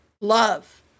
love